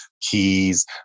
keys